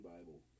Bible